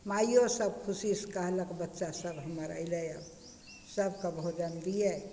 माइयो सब खुशीसँ कहलक बच्चा सब हमर अयलइ सबके भोजन दियै